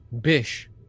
bish